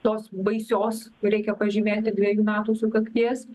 tos baisios reikia pažymėti dvejų metų sukakties